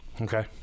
Okay